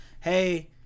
hey